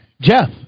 Jeff